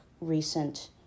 recent